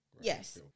Yes